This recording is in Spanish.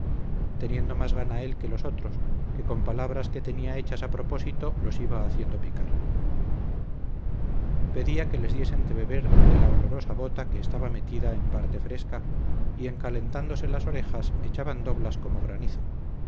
teniendo más gana él que los otros que con palabras que tenía hechas a propósito los iba haciendo picar pedía que les diesen de beber de la olorosa bota que estaba metida en parte fresca y en calentándose las orejas echaban doblas como granizo